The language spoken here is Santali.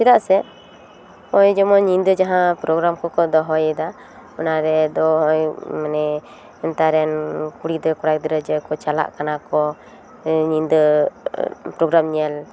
ᱪᱮᱫᱟᱜ ᱥᱮ ᱱᱚᱜᱼᱚᱭ ᱡᱮᱢᱚᱱ ᱧᱤᱫᱟᱹ ᱡᱟᱦᱟᱸ ᱯᱳᱨᱳᱜᱮᱨᱟᱢ ᱠᱚᱠᱚ ᱫᱚᱦᱚᱭᱮᱫᱟ ᱚᱱᱟ ᱨᱮᱫᱚ ᱦᱚᱜᱼᱚᱭ ᱢᱟᱱᱮ ᱱᱮᱛᱟᱨ ᱨᱮᱱ ᱠᱩᱲᱤ ᱜᱤᱫᱽᱨᱟᱹ ᱠᱚᱲᱟ ᱜᱤᱫᱽᱨᱟᱹ ᱪᱮᱫ ᱞᱮᱠᱟ ᱠᱚ ᱪᱟᱞᱟᱜ ᱠᱟᱱᱟ ᱠᱚ ᱧᱤᱫᱟᱹ ᱯᱳᱨᱳᱜᱮᱨᱟᱢ ᱧᱮᱞ